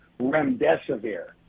remdesivir